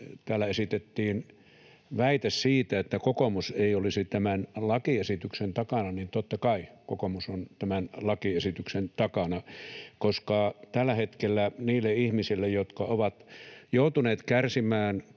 täällä esitettiin väite siitä, että kokoomus ei olisi tämän lakiesityksen takana, niin totta kai kokoomus on tämän lakiesityksen takana, koska tällä hetkellä niille ihmisille, jotka ovat joutuneet kärsimään